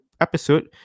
episode